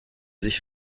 sich